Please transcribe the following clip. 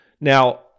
Now